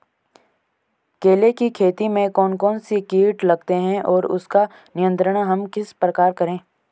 केले की खेती में कौन कौन से कीट लगते हैं और उसका नियंत्रण हम किस प्रकार करें?